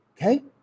Okay